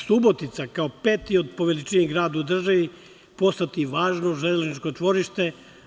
Subotica, kao peti po veličini grad u državi postaće važno železničko tvorište.